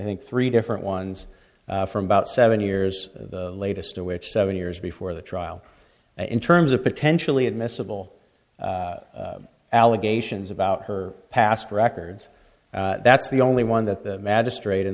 think three different ones from about seven years the latest of which seven years before the trial in terms of potentially admissible allegations about her past records that's the only one that the magistra